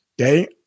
Okay